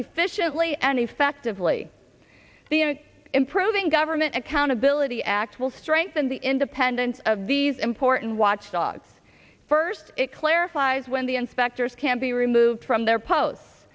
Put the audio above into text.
efficiently and effectively the improving government accountability act will strengthen the independence of these important watchdogs first it clarifies when the inspectors can be removed from their posts